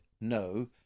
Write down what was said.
no